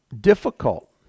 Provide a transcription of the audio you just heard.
difficult